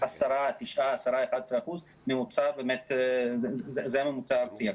10,9,10,11% זה הממוצע הארצי.